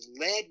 led